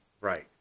Right